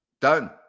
Done